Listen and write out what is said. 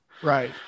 Right